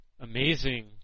amazing